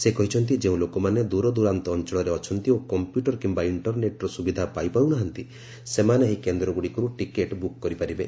ସେ କହିଛନ୍ତି ଯେଉଁ ଲୋକମାନେ ଦୂରଦୂରାନ୍ତ ଅଞ୍ଚଳରେ ଅଛନ୍ତି ଓ କମ୍ପ୍ୟୁଟର କିୟା ଇଣ୍ଟରନେଟ୍ର ସୁବିଧା ପାଇପାରୁ ନାହାନ୍ତି ସେମାନେ ଏହି କେନ୍ଦ୍ରଗୁଡ଼ିକରୁ ଟିକେଟ୍ ବୁକ୍ କରିପାରିବେ